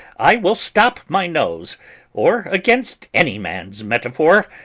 i will stop my nose or against any man's metaphor.